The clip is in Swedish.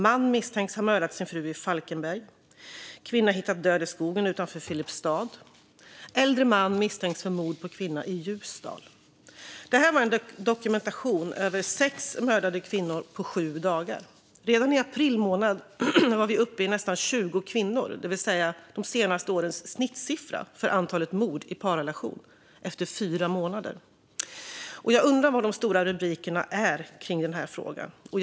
Man misstänks ha mördat sin fru i Falkenberg. Kvinna hittad död i skogen utanför Filipstad. Äldre man misstänks för mord på kvinna i Ljusdal. Det här var en dokumentation över 6 mördade kvinnor på sju dagar. Redan i april månad var vi uppe i nästan 20 kvinnor, det vill säga de senaste årens snittsiffra för antalet mord i parrelation. Det var efter fyra månader. Jag undrar var de stora rubrikerna om den här frågan är.